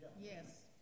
yes